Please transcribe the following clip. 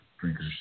drinkers